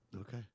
Okay